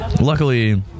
luckily